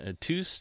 Two